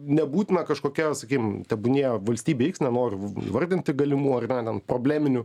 nebūtina kažkokia sakykim tebūnie valstybė iks nenoriu įvardinti galimų ar ne ten probleminių